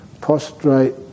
prostrate